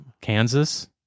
Kansas